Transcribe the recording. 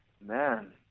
Man